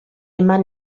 immer